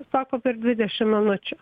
sako per dvidešim minučių